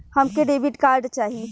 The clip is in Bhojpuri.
हमके डेबिट कार्ड चाही?